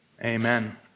amen